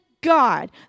God